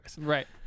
Right